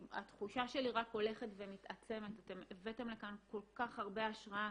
התחושה שלי רק הולכת ומתעצמת אתם הבאתם לכאן כל כך הרבה השראה,